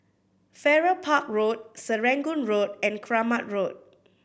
Farrer Park Road Serangoon Road and Keramat Road